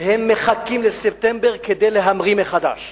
הם מחכים לספטמבר כדי להמריא מחדש.